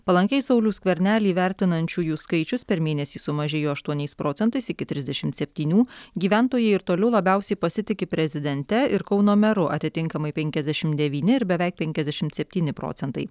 palankiai saulių skvernelį vertinančiųjų skaičius per mėnesį sumažėjo aštuoniais procentais iki trisdešimt septynių gyventojai ir toliau labiausiai pasitiki prezidente ir kauno meru atitinkamai penkiasdešimt devyni ir beveik penkiasdešimt septyni procentai